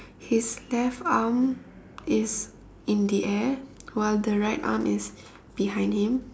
his left arm is in the air while the right arm is behind him